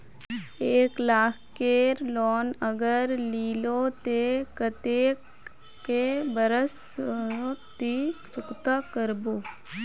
एक लाख केर लोन अगर लिलो ते कतेक कै बरश सोत ती चुकता करबो?